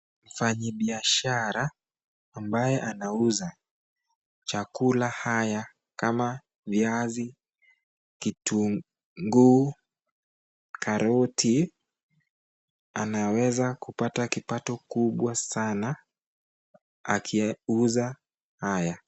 Mfanyikazi biashara ambaye anauza chakula hizi kama viazi, kitunguu karoti anaweza kupata kipadi kubwa sana akiuuza .